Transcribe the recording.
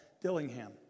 Dillingham